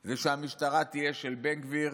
היא שהמשטרה תהיה של בן גביר,